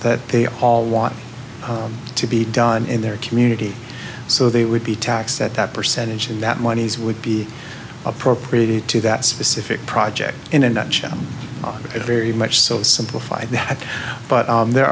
that they all want to be done in their community so they would be taxed at that percentage and that monies would be appropriated to that specific project in a nutshell it very much so simplified that but there